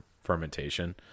fermentation